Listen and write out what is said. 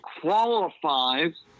qualifies